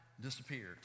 disappeared